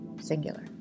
Singular